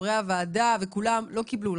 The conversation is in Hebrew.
חברי הוועדה וכולם לא קיבלו.